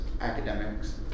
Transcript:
academics